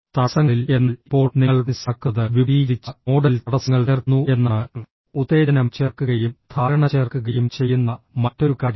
തടസ്സങ്ങളിൽ എന്നാൽ ഇപ്പോൾ നിങ്ങൾ മനസ്സിലാക്കുന്നത് വിപുലീകരിച്ച മോഡലിൽ തടസ്സങ്ങൾ ചേർക്കുന്നു എന്നാണ് ഉത്തേജനം ചേർക്കുകയും ധാരണ ചേർക്കുകയും ചെയ്യുന്ന മറ്റൊരു കാര്യമാണ്